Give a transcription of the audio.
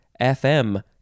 FM